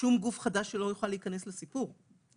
שום גוף חדש לא יוכל להיכנס לסיפור כי